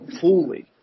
fully